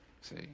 see